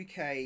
UK